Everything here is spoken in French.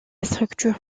structure